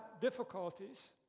difficulties